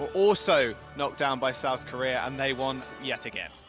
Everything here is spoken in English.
also knockedout by south korea and they won yet again.